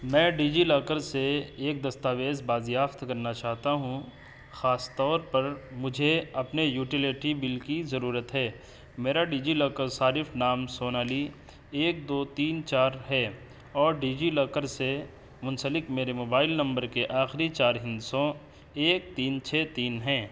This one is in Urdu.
میں ڈیجیلاکر سے ایک دستاویز بازیافت کرنا چاہتا ہوں خاص طور پر مجھے اپنے یوٹیلیٹی بل کی ضرورت ہے میرا ڈیجیلاکر صارف نام سونالی ایک دو تین چار ہے اور ڈیجیلاکر سے منسلک میرے موبائل نمبر کے آخری چار ہندسوں ایک تین چھ تین ہیں